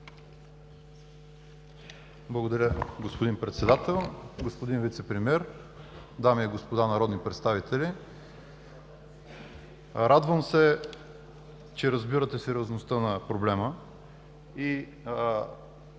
Благодаря, господин Председател. Господин вицепремиер, дами и господа народни представители! Радвам се, че разбирате сериозността на проблема и